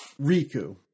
Riku